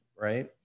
right